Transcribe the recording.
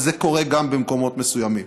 וזה קורה גם במקומות מסוימים.